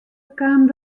kaam